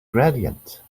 gradient